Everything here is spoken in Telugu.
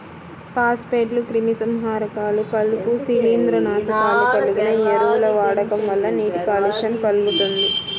ఫాస్ఫేట్లు, క్రిమిసంహారకాలు, కలుపు, శిలీంద్రనాశకాలు కలిగిన ఎరువుల వాడకం వల్ల నీటి కాలుష్యం కల్గుతుంది